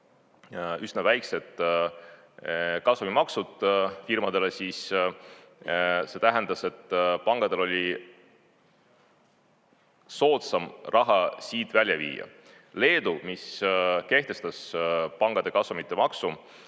üsna väiksed kasumimaksud firmadele, siis see tähendas, et pankadel oli soodsam raha siit välja viia. Leedu, mis kehtestas pankade kasumite maksu,